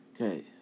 Okay